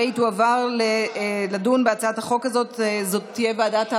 והדיון בהצעת החוק הזאת יהיה בוועדת העבודה,